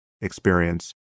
experience